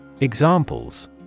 Examples